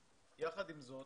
יחד עם זאת,